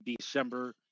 December